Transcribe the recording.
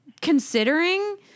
considering